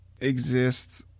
exist